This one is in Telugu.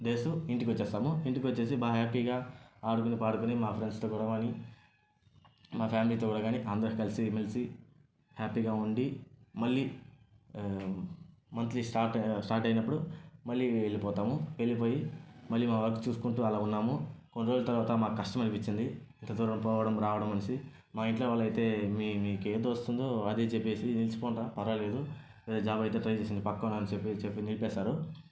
డేస్ ఇంటికి వచ్చేస్తాము ఇంటికి వచ్చేసి బాగా హ్యాపీగా ఆడుకొని పాడుకొని మా ఫ్రెండ్స్తో కూడుకోనీ మా ఫ్యామిలీతో కూడా కానీ అంతా కలిసి మెలిసి హ్యాపీగా ఉండి మళ్ళీ మంత్లీ స్టార్ట్ స్టార్ట్ అయినప్పుడు మళ్లీ వెళ్ళిపోతాము వెళ్ళిపోయి మళ్లీ మా వర్క్ చూసుకుంటూ అలా ఉన్నాము కొన్ని రోజుల తర్వాత మాకు కష్టం అనిపించింది ఇంత దూరం పోవడం రావడం అనేసి మా ఇంట్లో వాళ్లయితే మీ మీకు ఏది వస్తుందో అదే చెప్పేసి నిలిచిపోండి రా పరవాలేదు వేరే జాబ్ అయితే ట్రై చేయండి పక్కన అని చెప్పి నిలిపేశారు